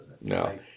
No